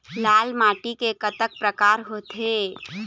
लाल माटी के कतक परकार होथे?